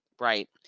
right